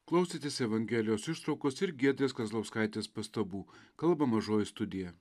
klausėtės evangelijos ištraukos ir giedrės kazlauskaitės pastabų kalba mažoji studija